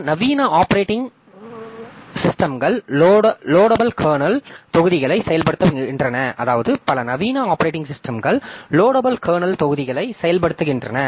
பல நவீன ஆப்பரேட்டிங் சிஸ்டம்கள் லோடபல் கர்னல் தொகுதிகளை செயல்படுத்துகின்றன